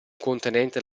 contenente